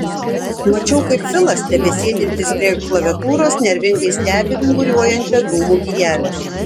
mačiau kaip filas tebesėdintis prie klaviatūros nervingai stebi vinguriuojančią dūmų gijelę